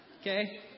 Okay